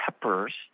peppers